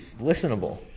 listenable